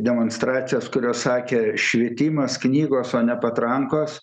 demonstracijas kurios sakė švietimas knygos o ne patrankos